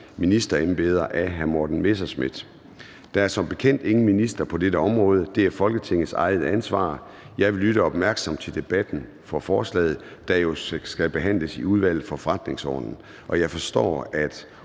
Formanden (Søren Gade): Der er som bekendt ingen minister på dette område. Det er Folketingets eget ansvar. Jeg vil lytte opmærksomt til debatten om forslaget, der jo skal behandles i Udvalget for Forretningsordenen. Jeg forstår, at